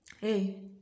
Hey